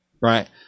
Right